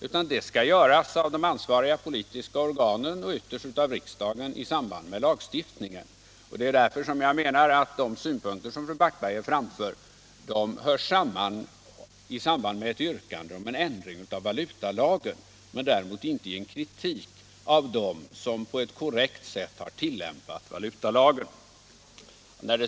De bedömningarna skall göras av de ansvariga politiska organen och ytterst av riksdagen i samband med lagstiftningen. Det är därför som jag menar att de synpunkter som fru Backberger framför hör samman med ett yrkande om en ändring av valutalagen men däremot inte med en kritik mot dem som på ett korrekt sätt har tillämpat valutalagen.